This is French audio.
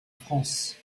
france